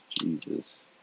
Jesus